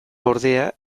ordea